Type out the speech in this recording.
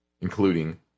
Including